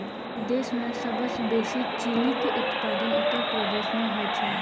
देश मे सबसं बेसी चीनीक उत्पादन उत्तर प्रदेश मे होइ छै